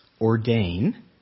ordain